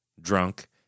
drunk